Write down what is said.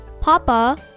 Papa